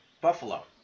Buffalo